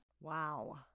Wow